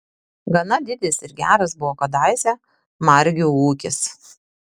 gana didis ir geras buvo kadaise margių ūkis